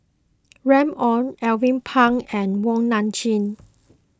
Remy Ong Alvin Pang and Wong Nai Chin